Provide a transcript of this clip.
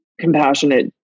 compassionate